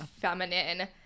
feminine